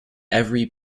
every